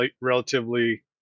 relatively